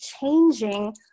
changing